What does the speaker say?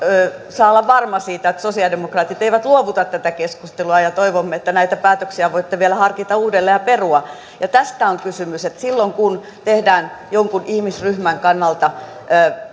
saa olla varma siitä että sosialidemokraatit eivät luovuta tätä keskustelua toivomme että näitä päätöksiä voitte vielä harkita uudelleen ja perua tästä on kysymys että silloin kun tehdään jonkun ihmisryhmän kannalta